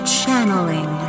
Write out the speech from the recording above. channeling